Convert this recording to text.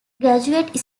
graduate